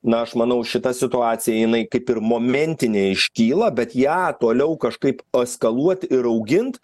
na aš manau šita situacija jinai kaip ir momentiniai iškyla bet ją toliau kažkaip eskaluot ir augint